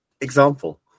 example